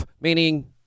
meaning